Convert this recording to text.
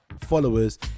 followers